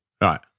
Right